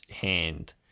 hand